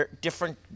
Different